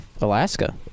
Alaska